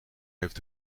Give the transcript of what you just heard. heeft